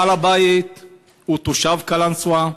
בעל הבית הוא תושב קלנסואה,